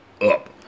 up